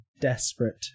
desperate